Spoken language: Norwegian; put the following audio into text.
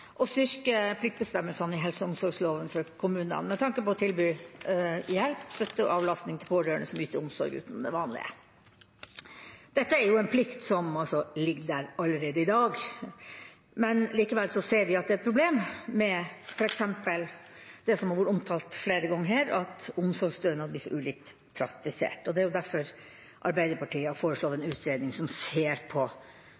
å styrke pliktbestemmelsene i helse- og omsorgstjenesteloven for kommunene med tanke på å tilby hjelp, støtte og avlastning til pårørende som yter omsorg utenom det vanlige. Dette er en plikt som ligger der allerede i dag, men likevel ser vi at det er et problem med f.eks. det som har vært omtalt flere ganger her, at omsorgsstønad blir så ulikt praktisert. Det er derfor Arbeiderpartiet har foreslått